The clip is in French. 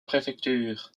préfecture